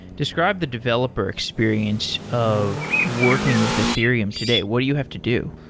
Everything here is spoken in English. describe the developer experience of working with ethereum today. what do you have to do?